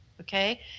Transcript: Okay